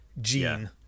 Gene